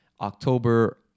October